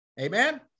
amen